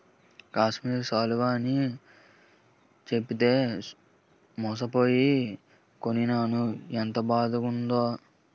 కాశ్మీరి శాలువ అని చెప్పితే మోసపోయి కొనీనాను ఎంత బాదగుందో